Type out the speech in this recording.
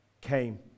came